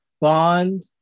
bond